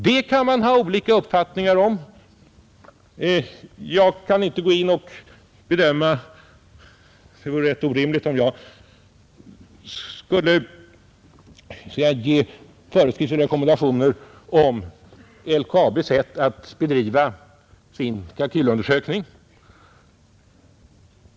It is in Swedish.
Detta kan man ha olika uppfattningar om. Det vore rätt orimligt om jag skulle ge föreskrifter och rekommendationer om LKAB:s sätt att bedriva sin kalkylundersökning.